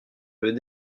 veut